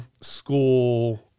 school